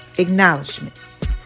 acknowledgement